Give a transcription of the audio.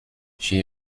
she